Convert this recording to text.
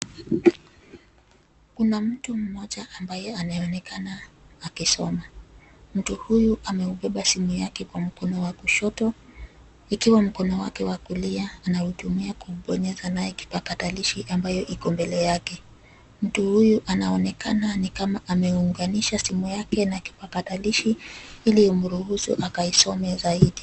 Kuna mtu mmoja ambaye anaonekana akisoma. Mtu huyu ameubeba simu yake kwa mkono wa kushoto, ikiwa mkono wake wa kulia anautumia kubonyeza nayo kipakatalishi ambayo iko mbele yake. Mtu huyu anaonekana nikama ameunganisha simu yake na kipakatalishi ili imruhusu akaisome zaidi.